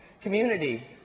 community